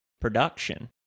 production